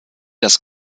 das